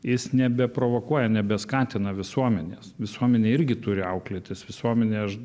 jis nebeprovokuoja nebeskatina visuomenės visuomenė irgi turi auklėtis visuomenė aš